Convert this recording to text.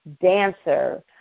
dancer